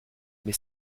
mais